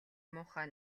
муухай